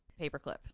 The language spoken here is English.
paperclip